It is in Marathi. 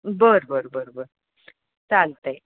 बरं बरं बरं बरं चालत आहे